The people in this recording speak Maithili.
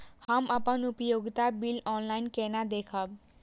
हम अपन उपयोगिता बिल ऑनलाइन केना देखब?